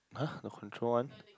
!huh! the control one